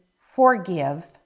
forgive